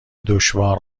دشوار